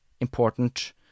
Important